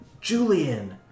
Julian